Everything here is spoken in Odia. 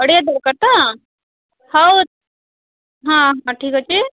ଓଡ଼ିଆ ଦରକାର ତ ହଉ ହଁ ହଁ ଠିକ୍ ଅଛି